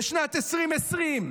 בשנת 2020,